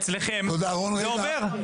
אצלכם זה עובר.